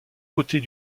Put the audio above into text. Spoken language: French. côtés